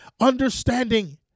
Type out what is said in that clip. understanding